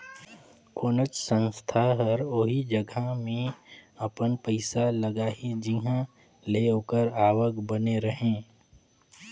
कोनोच संस्था हर ओही जगहा में अपन पइसा लगाही जिंहा ले ओकर आवक बने रहें